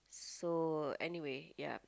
so anyway ya